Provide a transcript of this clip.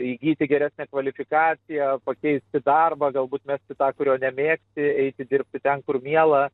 įgyti geresnę kvalifikaciją pakeisti darbą galbūt mesti tą kurio nebėgsti eiti dirbti ten kur miela